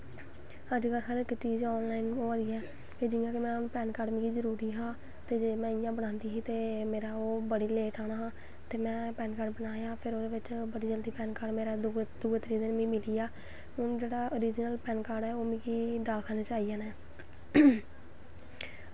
अज्ज कल हर इक चीज़ ऑन लाईन होआ दी ऐ जि'यां के हून पैन कार्ड़ मिगी जरूरी हा ते जे में इ'यां बनांदी ही ते बड़ा लेट आना हा फिर में पैन कार्ड़ बनाया फिर बड़ा जल्दी दुए त्रिये दिन मिगी मिलिया हून जेह्का ओरिज़नल पैन कार्ड़ ऐ ओह् मिगी डाकखाने च आई जाना ऐ